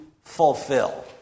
fulfill